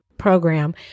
program